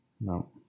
no